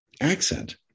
accent